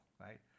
right